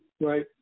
Right